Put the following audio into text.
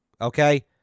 okay